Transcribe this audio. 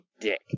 dick